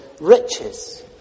riches